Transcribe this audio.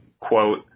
quote